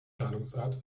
zahlungsart